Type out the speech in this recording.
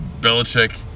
Belichick